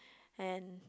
and